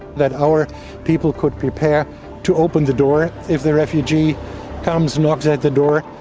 that our people could prepare to open the door if the refugee comes knocking at the door